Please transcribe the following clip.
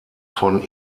von